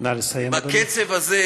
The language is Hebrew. נא לסיים, אדוני.